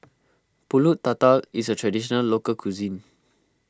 Pulut Tatal is a Traditional Local Cuisine